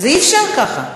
אי-אפשר ככה.